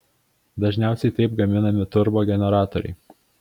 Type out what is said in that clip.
dažniausiai taip gaminami turbogeneratoriai